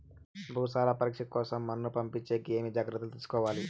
భూసార పరీక్ష కోసం మన్ను పంపించేకి ఏమి జాగ్రత్తలు తీసుకోవాలి?